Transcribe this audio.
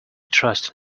trust